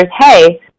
hey